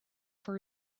for